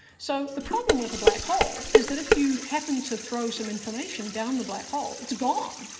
so the problem with a black hole is that if you happen to throw some information down the black hole, it's gone,